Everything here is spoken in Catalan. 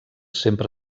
sempre